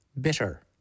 Bitter